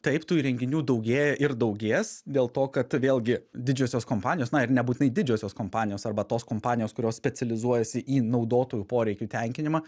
taip tų įrenginių daugėja ir daugės dėl to kad vėlgi didžiosios kompanijos na ir nebūtinai didžiosios kompanijos arba tos kompanijos kurios specializuojasi į naudotojų poreikių tenkinimą